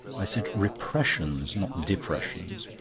i said repressions, not depressions.